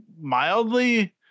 mildly